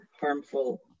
harmful